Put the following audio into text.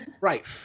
Right